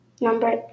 Number